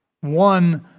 one